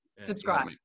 subscribe